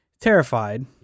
Terrified